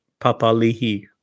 Papalihi